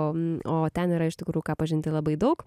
o o ten yra iš tikrųjų ką pažinti labai daug